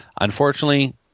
unfortunately